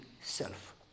self